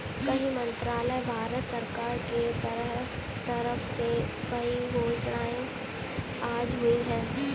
वित्त मंत्रालय, भारत सरकार के तरफ से कई घोषणाएँ आज हुई है